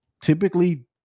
typically